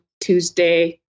Tuesday